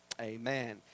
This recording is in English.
amen